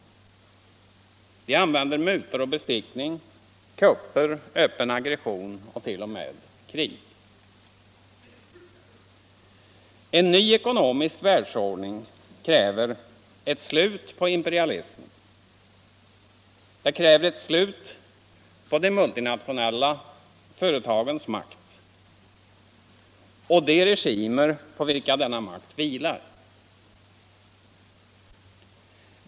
De använder mutor och bestickning, kupper, öppen aggression och t.o.m. krig. En ny ekonomisk världsordning kräver ett slut på imperialismen. Den kräver ett slut på de multinationella bolagens makt och de regimer på vilka denna makt vilar.